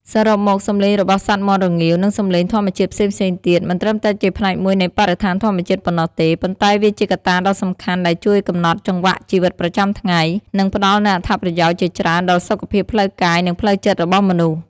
សរុបមក សំឡេងរបស់សត្វមាន់រងាវ និងសំឡេងធម្មជាតិផ្សេងៗទៀត មិនត្រឹមតែជាផ្នែកមួយនៃបរិស្ថានធម្មជាតិប៉ុណ្ណោះទេ ប៉ុន្តែវាជាកត្តាដ៏សំខាន់ដែលជួយកំណត់ចង្វាក់ជីវិតប្រចាំថ្ងៃ និងផ្តល់នូវអត្ថប្រយោជន៍ជាច្រើនដល់សុខភាពផ្លូវកាយ និងផ្លូវចិត្តរបស់មនុស្ស។